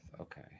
Okay